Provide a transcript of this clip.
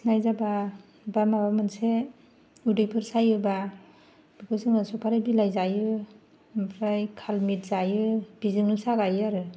खिनाय जाबा बा माबा मोनसे उदैफोर सायोबा बेखौ जोङो सफारि बिलाइ जायो ओमफ्राय खालमिथ जायो बेजोंनो सागायो आरो